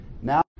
Now